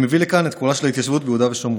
אני מביא לכאן את קולה של ההתיישבות ביהודה ושומרון,